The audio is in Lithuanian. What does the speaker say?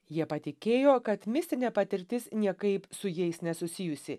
jie patikėjo kad mistinė patirtis niekaip su jais nesusijusi